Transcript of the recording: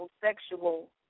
sexual